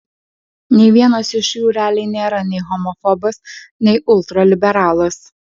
nei vienas iš jų realiai nėra nei homofobas nei ultraliberalas